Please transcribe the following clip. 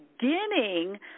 beginning